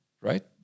right